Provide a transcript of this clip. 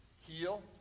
heal